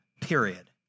period